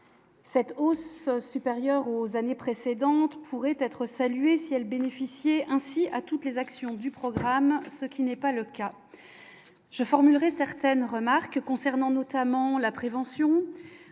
Cette hausse supérieur aux années précédentes, pourrait être saluée si bénéficier ainsi à toutes les actions du programme, ce qui n'est pas le cas, je formerai certaines remarques concernant notamment la prévention